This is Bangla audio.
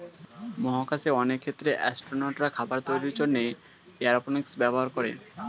মহাকাশে অনেক ক্ষেত্রে অ্যাসট্রোনটরা খাবার তৈরির জন্যে এরওপনিক্স ব্যবহার করে